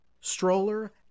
stroller